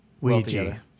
Ouija